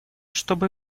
чтобы